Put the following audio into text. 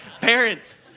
Parents